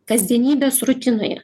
kasdienybės rutinoje